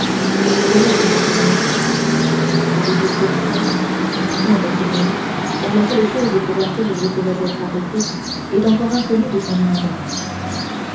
on me l'a dit monseigneur savez-vous pourquoi non monseigneur car la seule chose pour laquelle je pourrais être arrêté est encore inconnue de son éminence